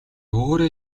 өөрөө